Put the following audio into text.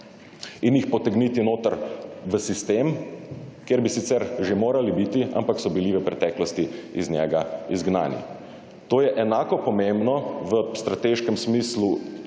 in jih potegniti notri v sistem, kjer bi sicer že morali biti, ampak so bili v preteklosti iz njega izgnani. To je enako pomembno v strateškem smislu